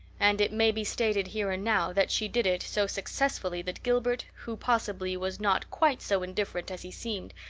and it may be stated here and now that she did it, so successfully that gilbert, who possibly was not quite so indifferent as he seemed,